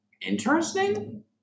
interesting